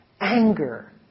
anger